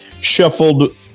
shuffled